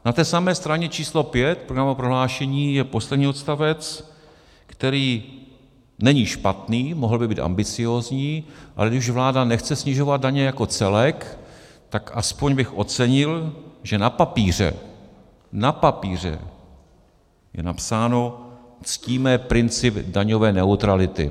Na té samé straně číslo 5 programového prohlášení je poslední odstavec, který není špatný, mohl by být ambiciózní, ale když už vláda nechce snižovat daně jako celek, tak aspoň bych ocenil, že na papíře, na papíře je napsáno: ctíme princip daňové neutrality.